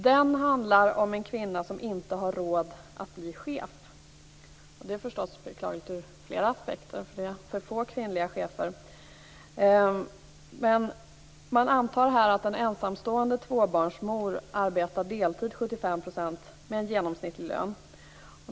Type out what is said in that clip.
Den handlar om en kvinna som inte har råd att bli chef. Det är förstås beklagligt ur flera aspekter. Det finns ju för få kvinnliga chefer. Man antar här att en ensamstående tvåbarnsmor arbetar deltid 75 % med en genomsnittlig lön.